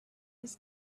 his